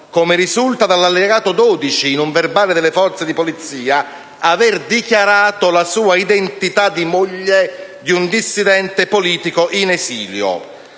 come risulta dall'allegato 12 in un verbale delle forze di polizia, aver dichiarato la sua identità di moglie di un dissidente politico in esilio.